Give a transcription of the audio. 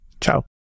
ciao